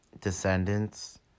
descendants